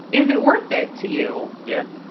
is it worth it to you? yeah,